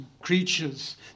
creatures